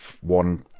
one